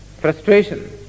frustration